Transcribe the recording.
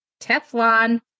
Teflon